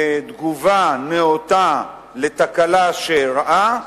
בתגובה נאותה על תקלה שאירעה,